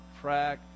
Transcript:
track